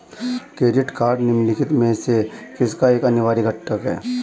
Credit card निम्नलिखित में से किसका एक अनिवार्य घटक है?